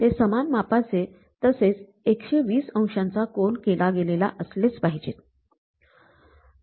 ते सामान मापाचे तसेच १२० अंशाचा कोन केला गेलेला असलेच पाहिजेत